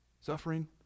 suffering